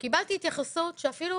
קיבלתי התייחסות שאפילו